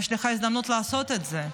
יש לך הזדמנות לעשות את זה.